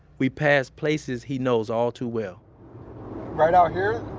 we passed places he knows all too well right out here,